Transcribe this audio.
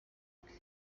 bwe